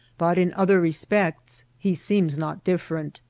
but in other respects he seems not different.